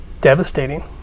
devastating